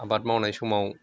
आबाद मावनाय समाव